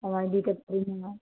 সময় দিতে পারি না